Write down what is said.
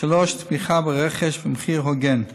3. תמיכה ברכש במחיר הוגן.